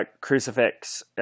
crucifix